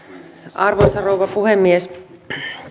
arvoisa rouva puhemies